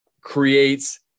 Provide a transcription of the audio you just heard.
creates